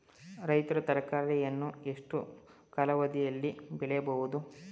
ರೈತರು ತರಕಾರಿಗಳನ್ನು ಎಷ್ಟು ಕಾಲಾವಧಿಯಲ್ಲಿ ಬೆಳೆಯಬಹುದು?